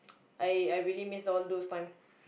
I I really all those times